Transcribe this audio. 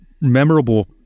memorable